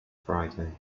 friday